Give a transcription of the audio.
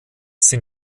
ist